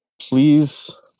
please